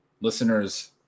Listeners